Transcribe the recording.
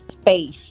space